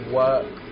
work